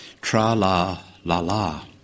Tra-la-la-la